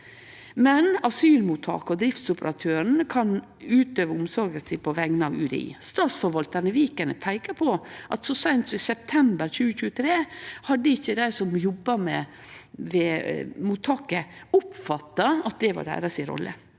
Men asylmottaket og driftsoperatøren kan utøve omsorga si på vegner av UDI. Statsforvaltaren i Viken har peika på at så seint som i september 2023 hadde ikkje dei som jobba ved mottaket, oppfatta at det var deira rolle.